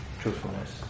truthfulness